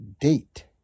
date